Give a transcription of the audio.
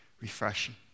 Refreshing